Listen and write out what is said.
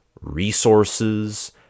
resources